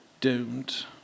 doomed